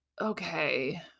okay